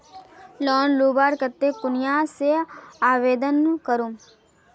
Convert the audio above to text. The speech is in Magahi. लोन लुबार केते कुनियाँ से आवेदन करूम?